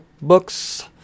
books